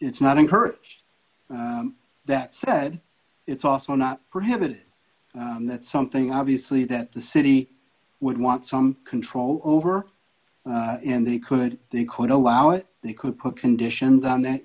it's not encouraged that said it's also not prohibited that's something obviously that the city would want some control over and they could be quite allow it they could put conditions on that